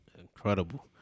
Incredible